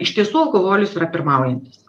iš tiesų alkoholis yra pirmaujantis